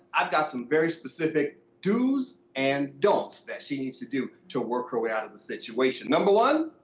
i've got some very specific do's and dont's that she needs to do to work her way out of the situation. number one,